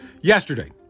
Yesterday